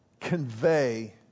convey